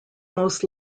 most